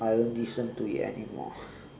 I don't listen to it anymore